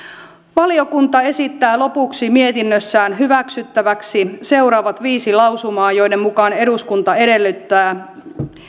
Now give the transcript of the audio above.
valiokunta esittää lopuksi mietinnössään hyväksyttäväksi seuraavat viisi lausumaa joiden mukaan eduskunta edellyttää